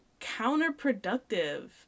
counterproductive